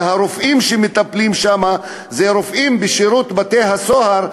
הרופאים המטפלים שם הם רופאים בשירות בתי-הסוהר,